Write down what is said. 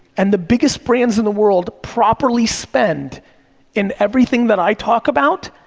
and the biggest brands in the world properly spend in everything that i talk about,